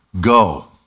Go